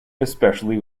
especially